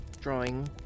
drawing